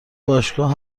باشگاه